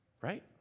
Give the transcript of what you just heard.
right